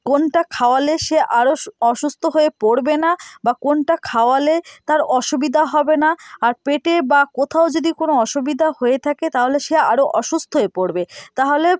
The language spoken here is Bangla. কোনটা খাওয়ালে সে আরো সু অসুস্থ হয়ে পড়বে না বা কোনটা খাওয়ালে তার অসুবিধা হবে না আর পেটে বা কোথাও যদি কোনো অসুবিধা হয়ে থাকে তাহলে সে আরো অসুস্থ হয়ে পড়বে তাহলে